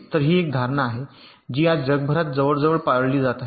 तर ही एक धारणा आहे जी आज जगभरात जवळजवळ पाळली जात आहे